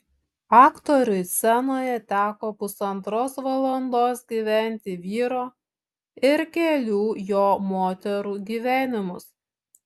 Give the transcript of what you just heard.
aktoriui scenoje teko pusantros valandos gyventi vyro ir kelių jo moterų gyvenimus